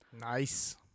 Nice